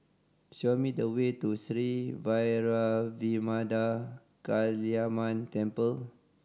show me the way to Sri Vairavimada Kaliamman Temple